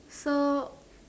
so